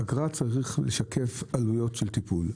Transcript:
אגרה צריכה לשקף עלויות של טיפול.